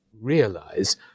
realize